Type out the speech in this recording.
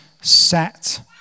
set